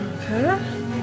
Okay